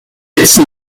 its